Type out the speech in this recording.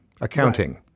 accounting